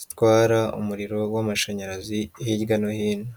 zitwara umuriro w'amashanyarazi hirya no hino.